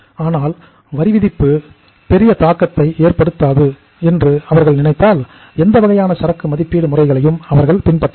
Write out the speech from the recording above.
ஆனால் வரிவிதிப்பு பெரிய தாக்கத்தை ஏற்படுத்தாது என்று அவர்கள் நினைத்தால் எந்த வகையான சரக்கு மதிப்பீடு முறைகளையும் அவர்கள் பின்பற்றலாம்